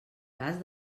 cas